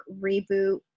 reboot